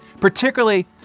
particularly